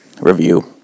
Review